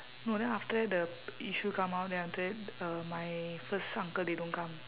no then after that the issue come out then after that uh my first uncle they don't come